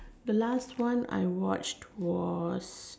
the last one I watched was